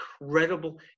incredible